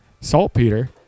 Saltpeter